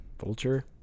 Vulture